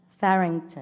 Farrington